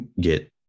get